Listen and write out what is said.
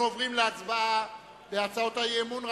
אנחנו עוברים להצבעה על הצעות האי-אמון.